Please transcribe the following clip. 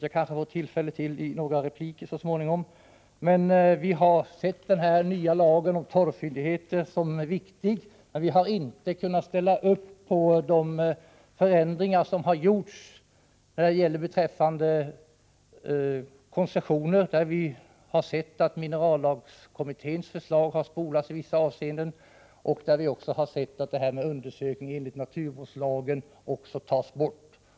Men det kanske jag får tillfälle att göra i en replik så småningom. Jag vill bara säga att vi har sett förslaget till den nya lagen om torvfyndigheter som någonting viktigt. Vi har dock inte kunnat ställa upp på de förändringar som har gjorts beträffande koncessioner. Vi har noterat att minerallagskommitténs förslag i vissa avseenden har spolats och att den särskilda prövningen enligt naturvårdslagen skall tas bort.